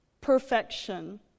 perfection